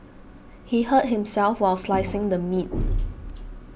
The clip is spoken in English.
he hurt himself while slicing the meat